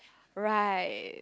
right